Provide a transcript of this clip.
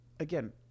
Again